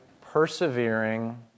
persevering